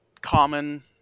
common